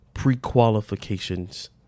pre-qualifications